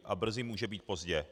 A brzy může být pozdě.